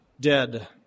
dead